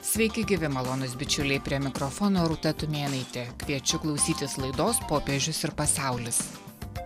sveiki gyvi malonūs bičiuliai prie mikrofono rūta tumėnaitė kviečiu klausytis laidos popiežius ir pasaulis